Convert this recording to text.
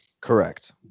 Correct